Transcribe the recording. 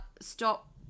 stop